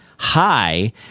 high